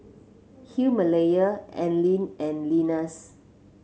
Himalaya Anlene and Lenas